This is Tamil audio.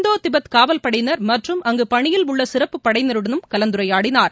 இந்தோ திபெத் காவல் படையினர் மற்றும் அங்கு பணியில் உள்ள சிறப்பு படையினருடனும் கலந்துரையாடினார்